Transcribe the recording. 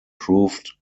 proved